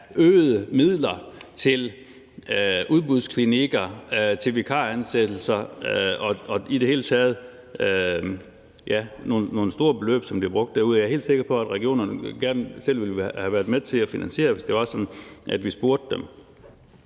øgede midler til udbudsklinikker og til vikaransættelser. Det er i det hele taget nogle store beløb, som bliver brugt derude, og jeg er helt sikker på, at regionerne gerne selv ville have været med til at finansiere det, hvis det var sådan, at vi spurgte dem.